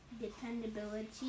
dependability